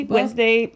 Wednesday